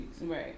Right